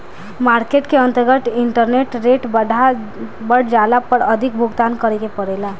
market के अंतर्गत interest rate बढ़ जाला पर अधिक भुगतान करे के पड़ेला